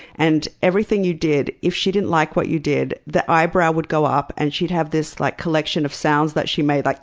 and everything you did, if she didn't like what you did, the eyebrow would go up. and she'd have this like collection of sounds that she made, like